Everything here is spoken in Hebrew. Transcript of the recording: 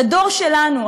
לדור שלנו,